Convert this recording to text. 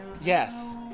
Yes